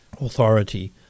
authority